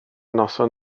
noson